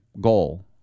goal